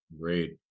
Great